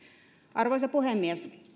arvoisa puhemies